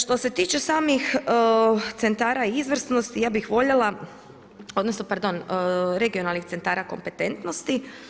Što se tiče samih centara izvrsnosti, ja bih voljela, odnosno pardon regionalnih centara kompetentnosti.